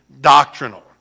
doctrinal